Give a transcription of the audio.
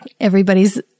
everybody's